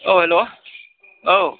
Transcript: औ हेलौ औ